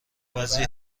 بعضی